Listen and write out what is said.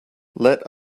let